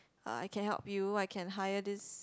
uh I can help you I can hire this